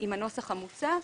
עם הנוסח המוצע,